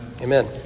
Amen